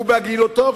ובהגינותו,